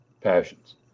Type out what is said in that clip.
passions